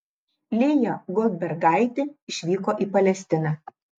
lėja goldbergaitė išvyko į palestiną